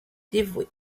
dévoués